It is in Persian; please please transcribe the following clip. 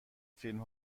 فیلم